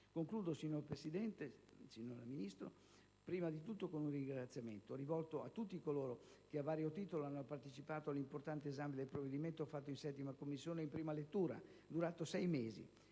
Concludo, signor Presidente, signora Ministro, prima di tutto con un ringraziamento, rivolto a tutti coloro che a vario titolo hanno partecipato all'importante esame del provvedimento svolto in 7a Commissione in sede referente, durato sei mesi: